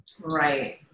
Right